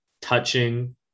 touching